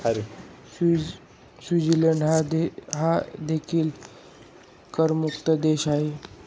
Switzerland हा देखील करमुक्त देश आहे